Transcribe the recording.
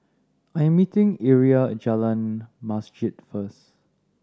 I am meeting Aria at Jalan Masjid first